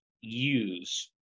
use